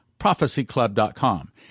prophecyclub.com